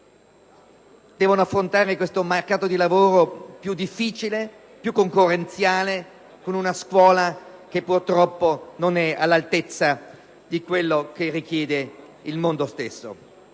devono affrontare tale mercato del lavoro più difficile e concorrenziale con una scuola che purtroppo non è all'altezza di quello che richiede il mondo stesso.